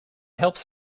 helps